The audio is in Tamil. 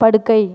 படுக்கை